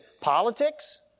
politics